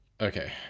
Okay